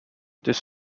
this